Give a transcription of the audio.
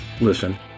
listen